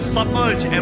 Submerge